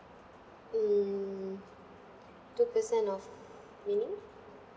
mm two percent of meaning